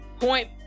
point